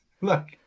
look